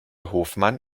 hofmann